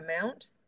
amount